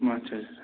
اَچھا اَچھا